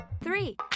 three